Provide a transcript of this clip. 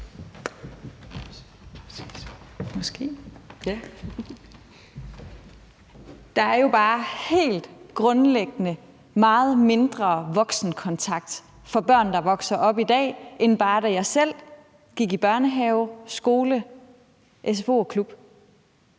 Der er jo bare helt grundlæggende meget mindre voksenkontakt for børn, der vokser op i dag, end bare da jeg selv gik i børnehave, skole, sfo og klub.